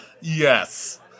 Yes